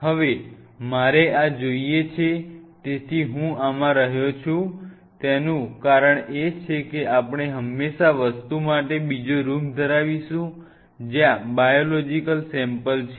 હ વે મારે આ જોઈએ છે તેથી હું આમાં રહ્યો છું તેનું કારણ એ છે કે આપ ણે હંમેશા વસ્તુ માટે બીજો રૂમ ધરાવીશું જ્યાં બાયોલોજીકલ સૅમ્પલ છે